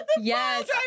Yes